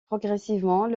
progressivement